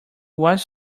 was